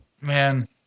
Man